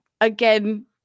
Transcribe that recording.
again